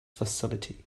facility